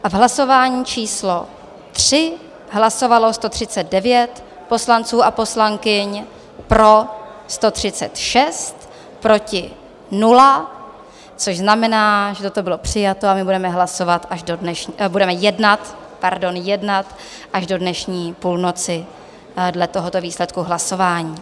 V hlasování číslo 3 hlasovalo 139 poslanců a poslankyň, pro 136, proti nula, což znamená, že toto bylo přijato a my budeme hlasovat až do dnešní... budeme jednat, pardon, jednat až do dnešní půlnoci dle tohoto výsledku hlasování.